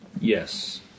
Yes